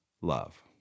love